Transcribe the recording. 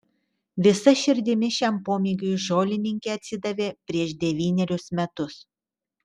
visa širdimi šiam pomėgiui žolininkė atsidavė prieš devynerius metus